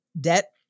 debt